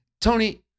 tony